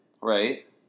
Right